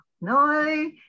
No